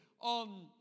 on